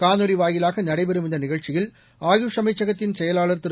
காணொலி வாயிலாக நடைபெறும் இந்த நிகழ்ச்சியின் ஆயுஷ் அமைச்சகத்தின் செயவாளர் திரு